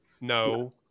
No